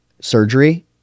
surgery